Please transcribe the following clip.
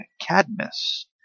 Cadmus